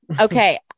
Okay